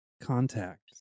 Contact